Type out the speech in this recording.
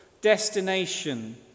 destination